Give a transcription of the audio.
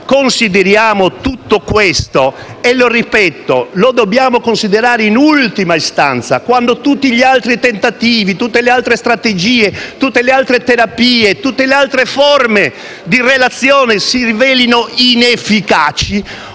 consideriamo tutto questo e, lo ripeto, lo dobbiamo considerare in ultima istanza, quando tutti gli altri tentativi, tutte le altre strategie, tutte le altre terapie, tutte le altre forme di relazione si rivelino inefficaci,